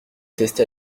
testa